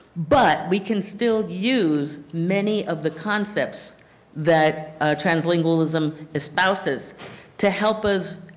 but we can still use many of the concepts that translingualism espouses to help us